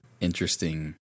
interesting